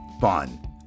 fun